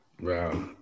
Wow